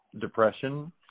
depression